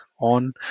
on